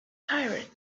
tired